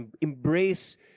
embrace